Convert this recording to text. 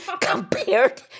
compared